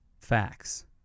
facts